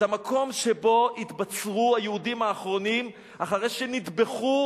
את המקום שבו התבצרו היהודים האחרונים אחרי שנטבחו